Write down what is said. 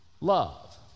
love